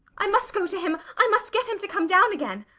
i must go to him! i must get him to come down again!